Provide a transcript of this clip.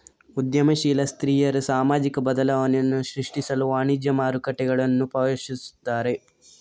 ಉದ್ಯಮಶೀಲ ಸ್ತ್ರೀಯರು ಸಾಮಾಜಿಕ ಬದಲಾವಣೆಯನ್ನು ಸೃಷ್ಟಿಸಲು ವಾಣಿಜ್ಯ ಮಾರುಕಟ್ಟೆಗಳನ್ನು ಪ್ರವೇಶಿಸುತ್ತಾರೆ